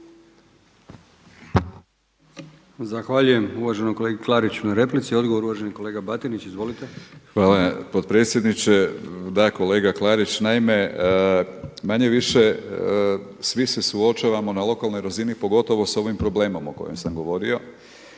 Zahvaljujem uvaženom kolegi Klariću na replici. Odgovor uvaženi kolega Batinić. Izvolite. **Batinić, Milorad (HNS)** Hvala potpredsjedniče. Da, kolega Klarić, naime manje-više svi se suočavamo na lokalnoj razini pogotovo s ovim problemom o kojem sam govorio,